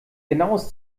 genaues